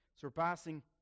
Surpassing